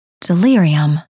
delirium